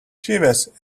jeeves